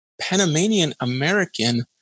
Panamanian-American